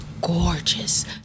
gorgeous